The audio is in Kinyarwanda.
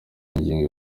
ingingo